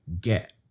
get